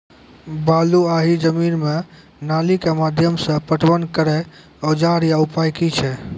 बलूआही जमीन मे नाली के माध्यम से पटवन करै औजार या उपाय की छै?